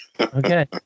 Okay